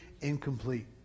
incomplete